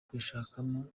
kwishakamo